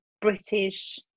British